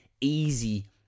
easy